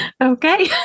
Okay